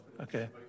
okay